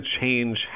change